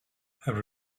her